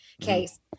case